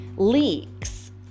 leaks